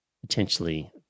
potentially